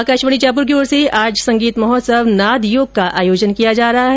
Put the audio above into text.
आकाशवाणी जयपुर की ओर से आज संगीत महोत्सव नाद योग का आयोजन किया जा रहा है